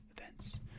Events